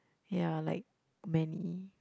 ya like many